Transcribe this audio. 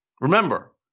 Remember